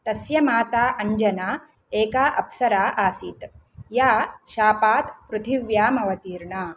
तस्य माता अञ्जना एका अप्सरा आसीत् या शापात् पृथिव्यामवतीर्णा